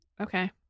Okay